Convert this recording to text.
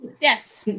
Yes